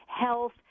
health